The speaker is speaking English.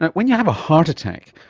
but when you have a heart attack,